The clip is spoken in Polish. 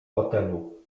hotelu